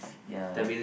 ya